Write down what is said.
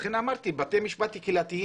לכן אמרתי שאין גם מודעות לבתי משפט קהילתיים.